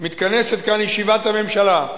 מתכנסת כאן ישיבת הממשלה,